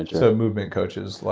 so movement coaches.